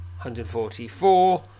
144